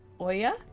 Oya